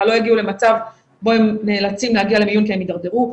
יגיעו למצב בו הם נאלצים להגיע למיון כי הם הידרדרו,